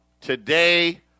Today